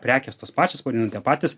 prekės tos pačios pavadinimai tie patys